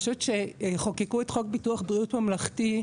אני חושבת שכשחוקקו את חוק ביטוח בריאות ממלכתי,